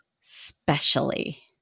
specially